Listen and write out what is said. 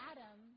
Adam